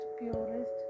purest